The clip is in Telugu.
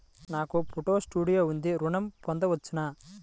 నాకు ఫోటో స్టూడియో ఉంది ఋణం పొంద వచ్చునా?